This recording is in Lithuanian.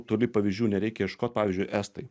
toli pavyzdžių nereikia ieškot pavyzdžiui estai